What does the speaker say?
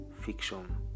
fiction